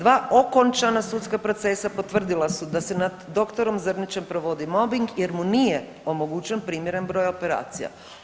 Dva okončana sudska procesa potvrdila su da se nad doktorom Zrnićem provodi mobing jer mu nije omogućen primjeren broj operacija.